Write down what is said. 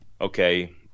okay